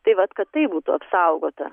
tai vat kad tai būtų apsaugota